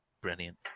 Brilliant